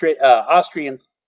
Austrians